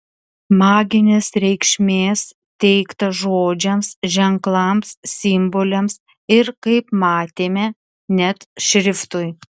maginės reikšmės teikta žodžiams ženklams simboliams ir kaip matėme net šriftui